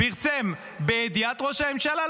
פרסם בידיעת ראש הממשלה,